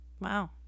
Wow